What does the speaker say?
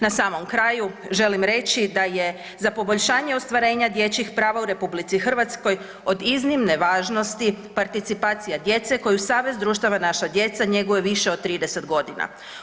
Na samom kraju, želim reći da je za poboljšanje ostvarenja dječjih prava u RH od iznimne važnosti participacija djece koju Savez društava Naša djeca njeguje više od 30 godina.